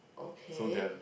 okay